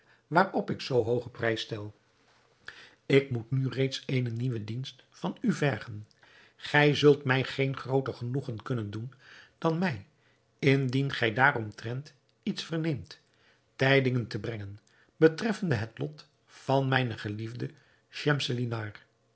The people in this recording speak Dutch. waarop ik zoo hoogen prijs stel ik moet nu reeds eenen nieuwen dienst van u vergen gij zult mij geen grooter genoegen kunnen doen dan mij indien gij daaromtrent iets verneemt tijdingen te brengen betreffende het lot van mijne geliefde